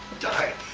die.